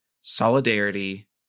solidarity